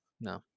No